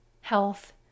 health